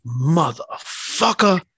Motherfucker